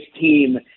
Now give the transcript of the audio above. team